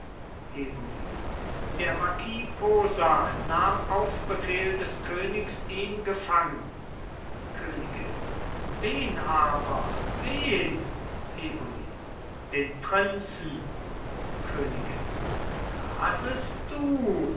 eboli der marquis posa nahm auf befehl des königs ihn gefangen königin wen aber wen eboli den prinzen königin rasest du